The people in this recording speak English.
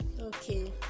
Okay